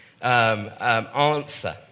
answer